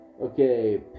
Okay